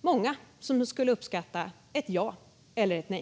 många som skulle uppskatta ett ja eller ett nej.